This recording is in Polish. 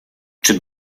czy